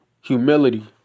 Humility